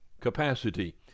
capacity